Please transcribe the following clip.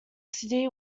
city